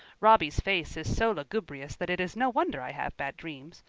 robby's face is so lugubrious that it is no wonder i have bad dreams.